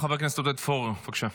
חבר הכנסת עודד פורר, בבקשה.